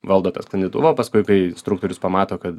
valdo tą sklandytuvą paskui kai instruktorius pamato kad